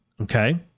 Okay